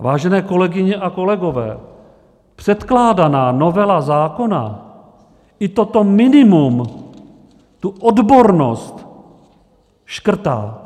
Vážené kolegyně a kolegové, předkládaná novela zákona i toto minimum, tu odbornost, škrtá.